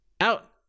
Out